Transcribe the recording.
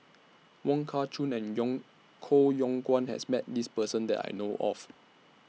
Wong Kah Chun and Yong Koh Yong Guan has Met This Person that I know of